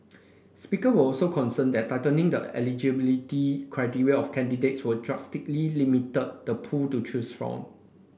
speaker were also concerned that tightening the eligibility criteria of candidates would drastically limit the pool to choose from